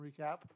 recap